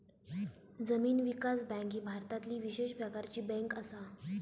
जमीन विकास बँक ही भारतातली विशेष प्रकारची बँक असा